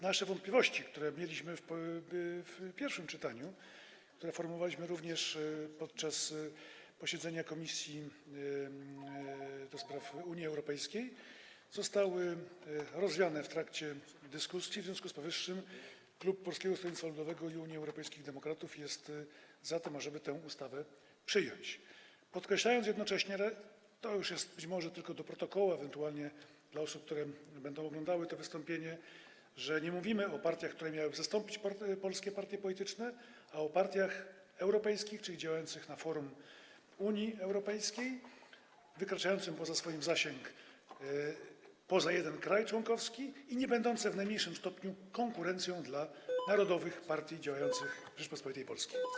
Nasze wątpliwości, które mieliśmy podczas pierwszego czytania, które formułowaliśmy również podczas posiedzenia Komisji do Spraw Unii Europejskiej, zostały rozwiane w trakcie dyskusji, w związku z powyższym klub Polskiego Stronnictwa Ludowego i Unii Europejskich Demokratów jest za tym, ażeby tę ustawę przyjąć, podkreślając jednocześnie - to już jest uwaga zgłoszona być może tylko do protokołu, ewentualnie dla osób, które będą oglądały to wystąpienie - że mówimy nie o partiach, które miałyby zastąpić polskie partie polityczne, ale o partiach europejskich, czyli działających na forum Unii Europejskiej, wykraczających swoim zasięgiem poza jeden kraj członkowski i niebędących w najmniejszym stopniu konkurencją dla narodowych partii działających w Rzeczypospolitej Polskiej.